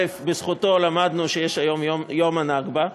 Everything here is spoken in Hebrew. בזכותו למדנו שיש היום יום הנכבה.